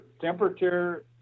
temperature